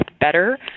better